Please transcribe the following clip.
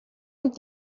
hem